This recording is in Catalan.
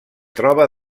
troba